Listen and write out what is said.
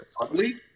ugly